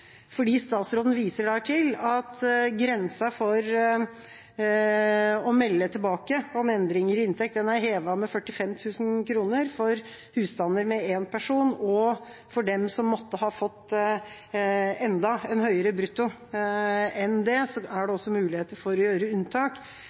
fordi statsråden der viser til at grensa for å melde tilbake om endringer i inntekt er hevet med 45 000 kr for husstander med én person, og for dem som måtte ha fått en enda høyere brutto enn det, er det også muligheter for å gjøre unntak.